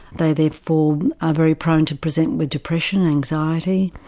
they therefore are very prone to present with depression, anxiety,